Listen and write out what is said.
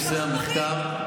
בצד השני יש את נושא המחקר,